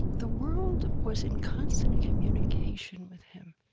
the world was in constant communication with him,